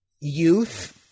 youth